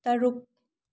ꯇꯔꯨꯛ